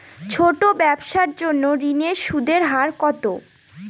ছোট ব্যবসার জন্য ঋণের সুদের হার কত?